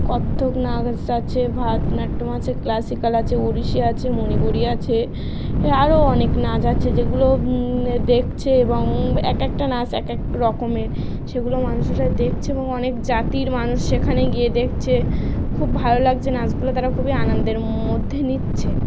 কত্থক নাচ আছে ভারতনাট্যম আছে ক্লাসিক্যাল আছে ওড়িশি আছে মণিপুরি আছে এ আরও অনেক নাচ আছে যেগুলো দেখছে এবং এক একটা নাচ এক এক রকমের সেগুলো মানুষেরা দেখছে এবং অনেক জাতির মানুষ সেখানে গিয়ে দেখছে খুব ভালো লাগছে নাচগুলো তারা খুবই আনন্দের মধ্যে নিচ্ছে